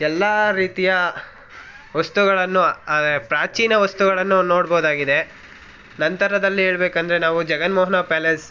ಎಲ್ಲ ರೀತಿಯ ವಸ್ತುಗಳನ್ನು ಅಂದರೆ ಪ್ರಾಚೀನ ವಸ್ತುಗಳನ್ನು ನೋಡ್ಬೋದಾಗಿದೆ ನಂತರದಲ್ಲಿ ಹೇಳ್ಬೇಕೆಂದ್ರೆ ನಾವು ಜಗನ್ಮೋಹನ ಪ್ಯಾಲೇಸ್